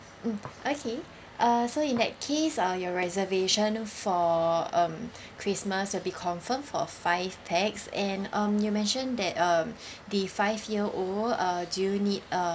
mm okay uh so in that case uh your reservation for um christmas will be confirmed for five pax and um you mentioned that um the five year old uh do you need uh